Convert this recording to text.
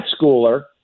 schooler